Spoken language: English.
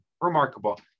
remarkable